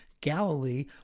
galilee